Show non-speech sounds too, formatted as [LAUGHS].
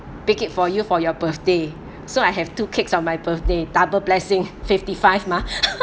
bake it for you for your birthday so I have two cakes on my birthday double blessing fifty five mah [LAUGHS]